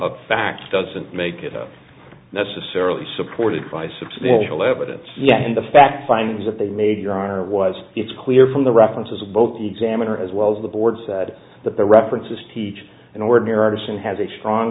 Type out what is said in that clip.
of fact doesn't make it up necessarily supported by substantial evidence and the fact findings that they made your honor was it's clear from the references of both the examiner as well as the board said that the references teach an ordinary person has a strong